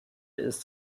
ist